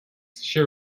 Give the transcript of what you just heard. she